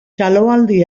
txaloaldi